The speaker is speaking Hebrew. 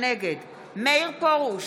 נגד מאיר פרוש,